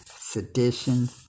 sedition